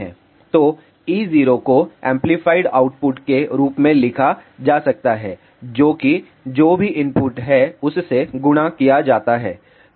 तोe zero को amplified output के रूप में लिखा जा सकता है जो कि जो भी इनपुट है उससे गुणा किया जाता है